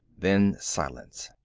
then silence.